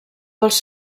pels